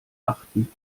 achten